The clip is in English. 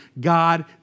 God